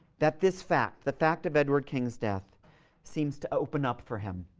that this fact the fact of edward king's death seems to open up for him